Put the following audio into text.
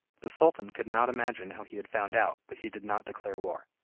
the sultan could not imagine how he had found out, but he did not declare war.